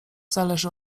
zależy